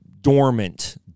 dormant